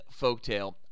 folktale